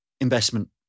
investment